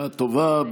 בשעה טובה.